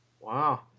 Wow